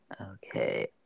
okay